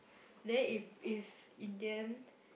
then if it's Indian